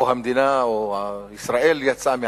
או המדינה או ישראל יצאה מעזה.